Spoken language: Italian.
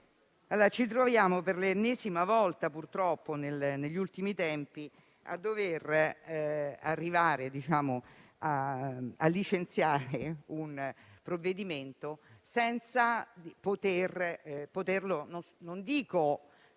purtroppo, per l'ennesima volta negli ultimi tempi, a dover arrivare a licenziare un provvedimento senza poterlo non dico